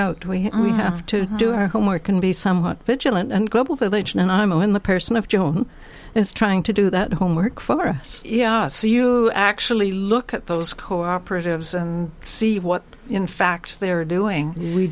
out we have to do our homework and be somewhat vigilant and global village and imo in the person of joe is trying to do that homework for us yeah so you actually look at those co operatives see what in fact they are doing we